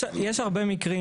יש הרבה מקרים,